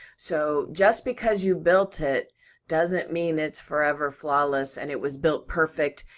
so, just because you built it doesn't mean it's forever flawless and it was built perfect.